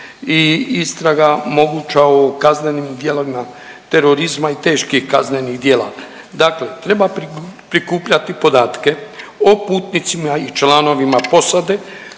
i istraga moguća o kaznenim dijelovima terorizma i teških kaznenih djela. Dakle, treba prikupljati podatke o putnicima i članovima posade